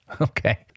Okay